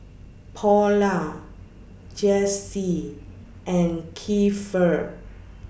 Paula Jessee and Keifer